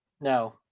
No